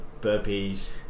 burpees